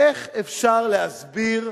איך אפשר להסביר,